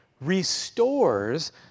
restores